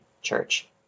Church